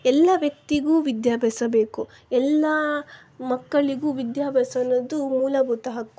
ಎಲ್ಲ ವ್ಯಕ್ತಿಗೂ ವಿದ್ಯಾಭ್ಯಾಸ ಬೇಕು ಎಲ್ಲ ಮಕ್ಕಳಿಗೂ ವಿದ್ಯಾಭ್ಯಾಸ ಅನ್ನೋದು ಮೂಲಭೂತ ಹಕ್ಕು